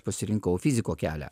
pasirinkau fiziko kelią